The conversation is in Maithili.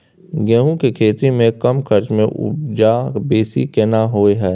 गेहूं के खेती में कम खर्च में उपजा बेसी केना होय है?